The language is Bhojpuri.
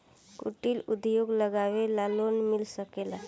कुटिर उद्योग लगवेला लोन मिल सकेला?